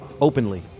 openly